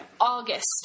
August